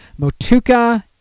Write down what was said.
Motuka